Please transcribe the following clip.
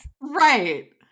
Right